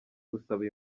gusaba